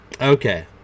Okay